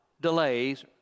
Delays